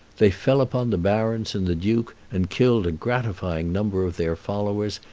they fell upon the barons and the duke, and killed a gratifying number of their followers,